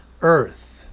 earth